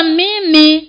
mimi